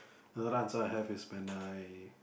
the other answer I have is when I